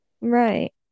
Right